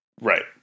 Right